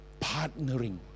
partnering